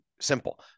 simple